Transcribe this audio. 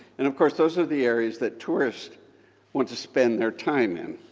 and of course, those are the areas that tourists want to spend their time in.